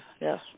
yes